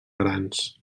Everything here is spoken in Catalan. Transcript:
grans